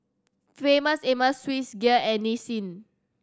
Famous Amos Swissgear and Nissin